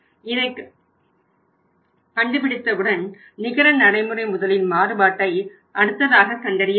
இதை கண்டுபிடித்தவுடன் நிகர நடைமுறை முதலின் மாறுபாட்டை அடுத்ததாக கண்டறிய வேண்டும்